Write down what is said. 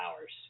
hours